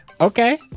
Okay